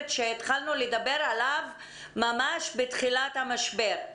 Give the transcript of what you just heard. שהתחלנו לדבר עליו ממש בתחילת המשבר.